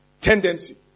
tendency